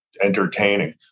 entertaining